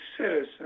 citizen